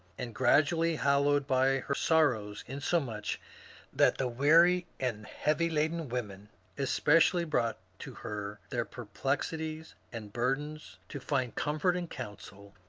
and gradually haloed by her sorrows, insomuch that the weary and heavy-laden, women especially, brought to her their perplex ities and burdens, to find comfort and counsel,